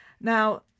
Now